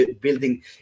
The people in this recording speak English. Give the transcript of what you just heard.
building